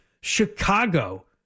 Chicago